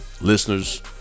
Listeners